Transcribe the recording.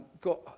got